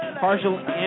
partial